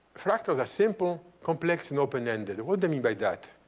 fractals are simple, complex, and open-ended. what do i mean by that?